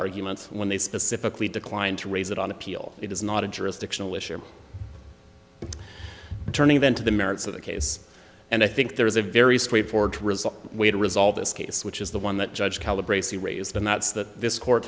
argument when they specifically declined to raise it on appeal it is not a jurisdictional issue turning then to the merits of the case and i think there is a very straightforward result way to resolve this case which is the one that judge calibrates he raised and that's that this court